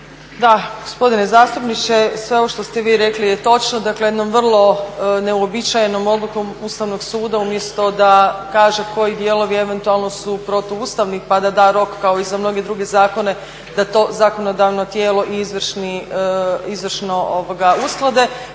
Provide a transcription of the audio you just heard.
Da, gospodine zastupniče sve ovo što ste vi rekli je točno. Dakle vrlo jednom neuobičajenom odlukom Ustavnog suda umjesto da kaže koji dijelovi su eventualno protuustavni pa da da rok kao i za mnoge druge zakone da to zakonodavno tijelo i izvršno usklade,